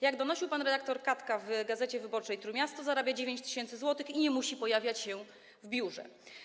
Jak donosi pan redaktor Katka w „Gazecie Wyborczej. Trójmiasto”, zarabia on 9 tys. zł i nie musi pojawiać się w biurze.